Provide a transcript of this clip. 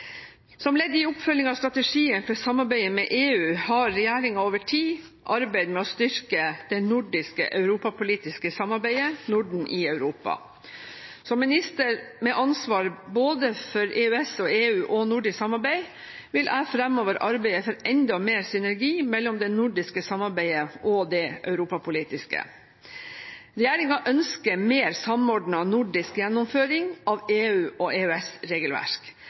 Som ledd i oppfølgingen av strategien for samarbeidet med EU har regjeringen over tid arbeidet med å styrke det nordiske europapolitiske samarbeidet «Norden i Europa». Som minister med ansvar for både EU/EØS-saker og nordisk samarbeid vil jeg fremover arbeide for enda mer synergi mellom det nordiske samarbeidet og det europapolitiske. Regjeringen ønsker en mer samordnet nordisk gjennomføring av